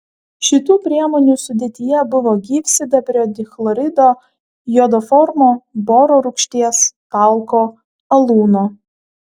šitų priemonių sudėtyje buvo gyvsidabrio dichlorido jodoformo boro rūgšties talko alūno